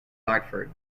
dartford